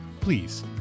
please